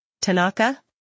Tanaka